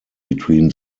between